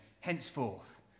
henceforth